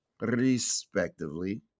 Respectively